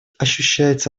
ощущается